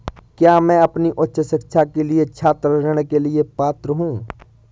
क्या मैं अपनी उच्च शिक्षा के लिए छात्र ऋण के लिए पात्र हूँ?